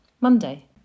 Monday